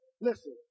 Listen